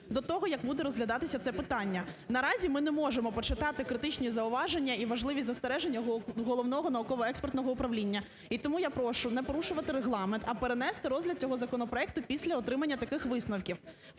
до того, як буде розглядатися це питання. Наразі, ми не можемо почитати критичні зауваження і важливі застереження Головного науково-експертне управління. І тому я прошу не порушувати Регламент, а перенести розгляд цього законопроекту після отримання таких висновків.